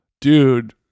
dude